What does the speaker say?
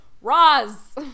Roz